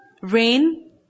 rain